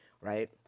right